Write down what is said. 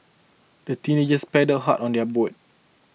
the teenagers paddled hard on their boat